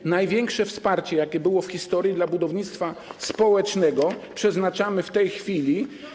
To największe wsparcie, jakie było w historii dla budownictwa społecznego, to które przeznaczamy w tej chwili.